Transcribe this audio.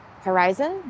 horizon